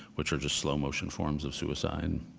which are just slow motion forms of suicide.